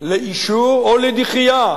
לאישור או לדחייה,